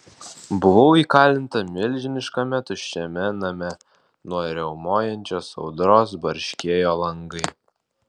buvau įkalinta milžiniškame tuščiame name nuo riaumojančios audros barškėjo langai